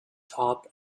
top